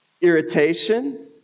irritation